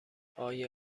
آیا